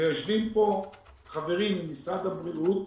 ויושבים פה חברים ממשרד הבריאות,